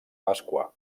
pasqua